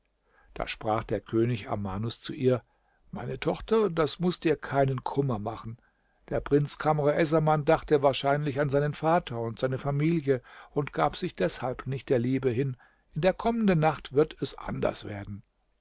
da sprach der könig armanus zu ihr meine tochter das muß dir keinen kummer machen der prinz kamr essaman dachte wahrscheinlich an seinen vater und seine familie und gab sich deshalb nicht der liebe hin in der kommenden nacht wird es anders werden